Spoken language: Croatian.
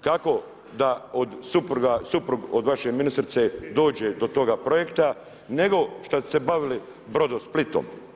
kako da suprug od vaše ministrice dođe do toga projekta nego što ste se bavili Brodosplitom.